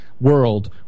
world